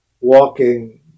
Walking